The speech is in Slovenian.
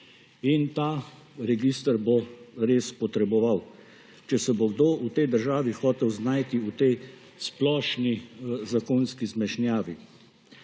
in ta register bo res potreboval, če se bo kdo v tej državi hotel znajti v tej splošni zakonski zmešnjavi.